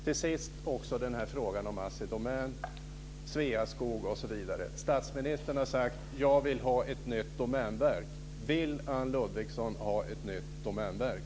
Till sist också frågan om Assi Domän, Sveaskog osv. Statsministern har sagt: Jag vill ha ett nytt domänverk. Vill Anne Ludvigsson ha ett nytt domänverk?